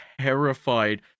terrified